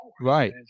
Right